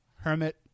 Hermit